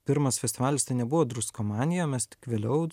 pirmas festivalis tai nebuvo druskomanija mes tik vėliau